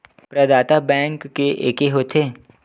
प्रदाता बैंक के एके होथे?